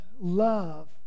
love